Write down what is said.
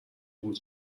بود